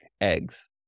eggs